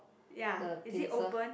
ya is it open